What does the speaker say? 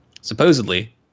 Supposedly